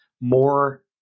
more